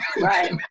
Right